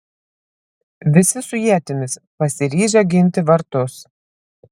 visi su ietimis pasiryžę ginti vartus